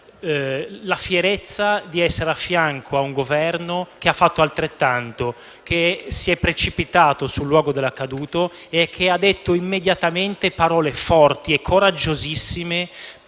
la fierezza di essere a fianco a un Governo che ha fatto altrettanto: si è precipitato sul luogo dell'accaduto e ha detto immediatamente parole forti e coraggiosissime per